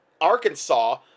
Arkansas